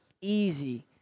easy